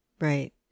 Right